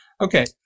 Okay